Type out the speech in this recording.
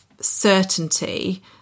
certainty